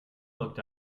looked